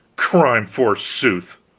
crime, forsooth!